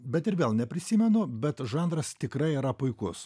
bet ir vėl neprisimenu bet žanras tikrai yra puikus